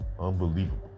unbelievable